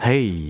Hey